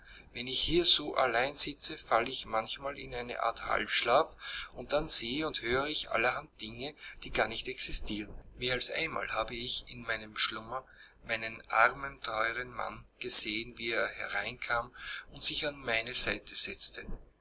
wenn ich hier so allein sitze falle ich manchmal in eine art halbschlaf und dann sehe und höre ich allerhand dinge die gar nicht existieren mehr als einmal habe ich in meinem schlummer meinen armen teuren mann gesehen wie er hereinkam und sich an meine seite